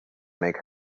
make